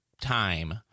time